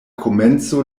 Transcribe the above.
komenco